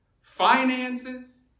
Finances